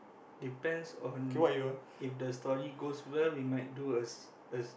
depends on if the story goes well we might do a s~ a s~